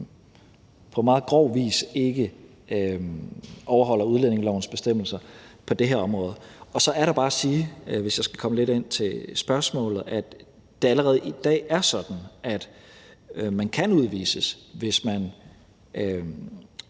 på meget grov vis ikke overholder udlændingelovens bestemmelser på det her område. Så er der bare at sige, hvis jeg skal komme lidt ind på spørgsmålet, at det allerede i dag er sådan, at man kan udvises, hvis man